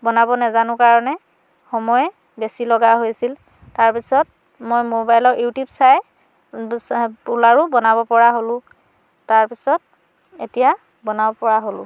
বনাব নেজানো কাৰণে সময় বেছি লগা হৈছিল তাৰ পিছত মই ম'বাইলৰ ইউটিউব চাই পোলাও বনাব পৰা হ'লোঁ তাৰ পিছত এতিয়া বনাব পৰা হ'লোঁ